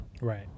right